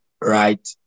Right